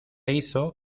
hizo